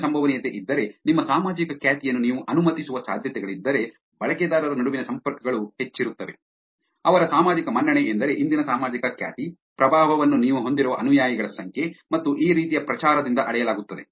ಹೆಚ್ಚಿನ ಸಂಭವನೀಯತೆ ಇದ್ದರೆ ನಿಮ್ಮ ಸಾಮಾಜಿಕ ಖ್ಯಾತಿಯನ್ನು ನೀವು ಅನುಮತಿಸುವ ಸಾಧ್ಯತೆಗಳಿದ್ದರೆ ಬಳಕೆದಾರರ ನಡುವಿನ ಸಂಪರ್ಕಗಳು ಹೆಚ್ಚಿರುತ್ತವೆ ಅವರ ಸಾಮಾಜಿಕ ಮನ್ನಣೆ ಎಂದರೆ ಇಂದಿನ ಸಾಮಾಜಿಕ ಖ್ಯಾತಿ ಪ್ರಭಾವವನ್ನು ನೀವು ಹೊಂದಿರುವ ಅನುಯಾಯಿಗಳ ಸಂಖ್ಯೆ ಮತ್ತು ಈ ರೀತಿಯ ಪ್ರಚಾರದಿಂದ ಅಳೆಯಲಾಗುತ್ತದೆ